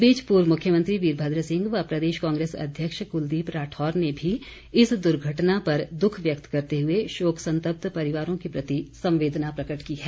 इस बीच पूर्व मुख्यमंत्री वीरभद्र सिंह व प्रदेश कांग्रेस अध्यक्ष कुलदीप राठौर ने भी इस दुर्घटना पर दुख व्यक्त करते हुए शोक संतप्त परिवारों के प्रति संवेदना प्रकट की है